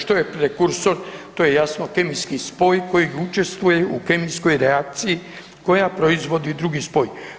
Što je prekursor, to je jasno kemijski spoj koji učestvuje u kemijskoj reakciji koja proizvodi drugi spoj.